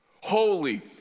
Holy